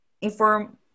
inform